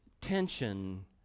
tension